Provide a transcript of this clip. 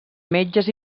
metges